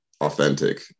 authentic